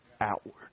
outward